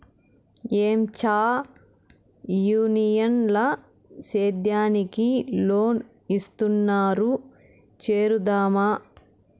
ఏంచా యూనియన్ ల సేద్యానికి లోన్ ఇస్తున్నారు చేరుదామా